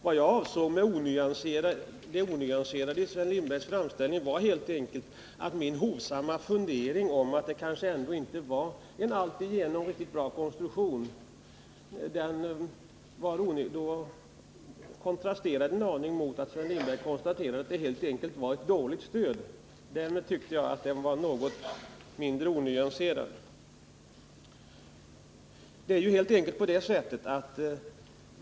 Vad jag avsåg med det onyanserade i Sven Lindbergs framställning var att min hovsamma fundering att bidragets konstruktion kanske inte var alltigenom lyckad kontrasterade en aning mot Sven Lindbergs konstaterande att det var ett dåligt stöd som hade inrättats.